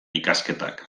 ikasketak